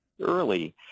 early